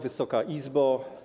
Wysoka Izbo!